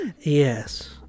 Yes